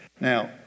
now